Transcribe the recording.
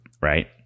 right